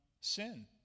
sin